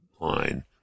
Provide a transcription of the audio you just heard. line